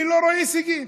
אני לא רואה הישגים.